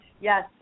yes